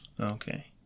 okay